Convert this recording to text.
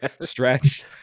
stretch